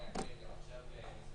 וככל האפשר גם יראו זה את זה,